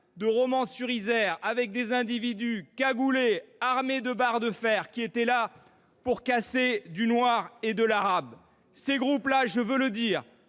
de Romans sur Isère, avec des individus cagoulés, armés de barres de fer, qui étaient là pour casser du noir et de l’arabe. Ceux qui appartiennent à ces